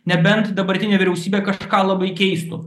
nebent dabartinė vyriausybė kažką labai keistų